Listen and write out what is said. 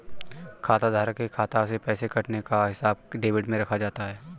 खाताधारक के खाता से पैसे कटने का हिसाब डेबिट में रखा जाता है